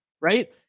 right